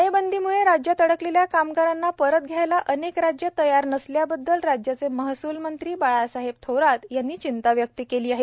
टाळेबंदीमुळे राज्यात अडकलेल्या कामगारांना परत घ्यायला अनेक राज्य तयार नसल्याबद्दल राज्याचे महसूल मंत्री बाळासाहेब थोरात यांनी चिंता व्यक्त केली आहे